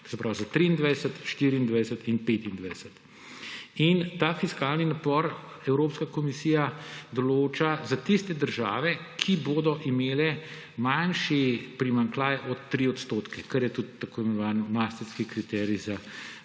za 2023, 2024 in 2025. In ta fiskalni napor Evropska komisija določa za tiste države, ki bodo imele manjši primanjkljaj od 3 %, kar je tudi tako imenovan maastrichtski kriterij za